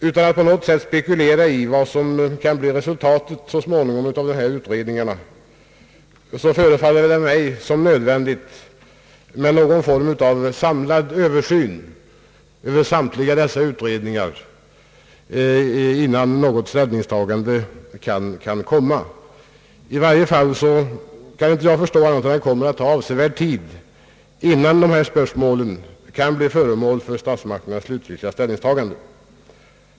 Utan att på något sätt spekulera i vad som så småningom kan bli resultatet av dessa utredningar förefaller det mig nödvändigt med någon form av samlad översyn över alla dessa utredningar innan något ställningstagande kan göras. I varje fall kan jag inte förstå annat än att det kommer att ta avsevärd tid innan dessa spörsmål kan bli föremål för statsmak ternas slutgiltiga ställningstagande.